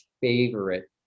favorite